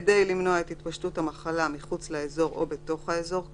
כדי למנוע את התפשטות המחלה מחוץ לאזור או בתוך האזור כאמור,